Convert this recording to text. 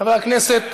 חבר הכנסת